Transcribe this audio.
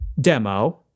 demo